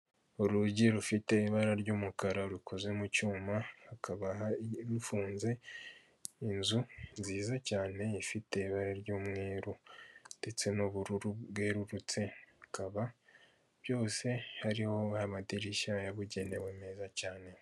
Urugi rufite ibara ry'umukara rukoze mu cyuma, hakaba rufunze, inzu nziza cyane ifite ibara ry'umweru ndetse n'ubururu bwerurutse, bikaba byose harimo amadirishya yabugenewe meza cyane.